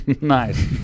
nice